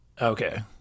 Okay